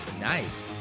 Nice